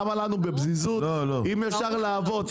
למה לנו בפזיזות אם אפשר לעבוד,